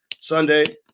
Sunday